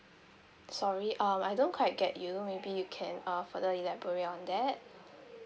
sorry um I don't quite get you maybe you can uh further elaborate on that